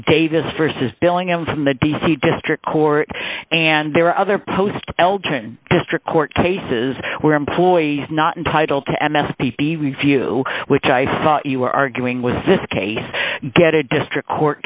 davis versus billing him from the d c district court and there are other post elgin district court cases where employees not entitled to m s p p review which i thought you were arguing was this case get a district court